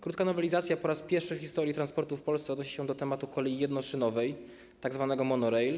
Krótka nowelizacja po raz pierwszy w historii transportu w Polsce odnosi się do tematu kolei jednoszynowej, tzw. monorail.